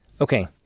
Okay